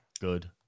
Good